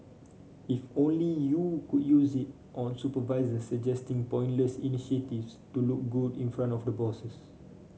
if only you could use it on supervisor suggesting pointless initiatives to look good in front of the bosses